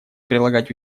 прилагать